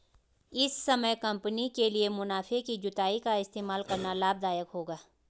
इस समय कंपनी के लिए मुनाफे की जुताई का इस्तेमाल करना लाभ दायक होगा